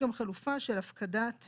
של הפקדת